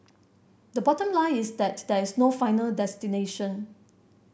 the bottom line is that there is no final destination